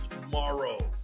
tomorrow